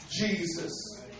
Jesus